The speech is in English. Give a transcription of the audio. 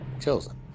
chosen